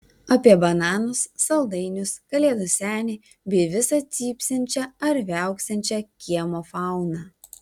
apie bananus saldainius kalėdų senį bei visą cypsinčią ar viauksinčią kiemo fauną